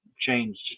changed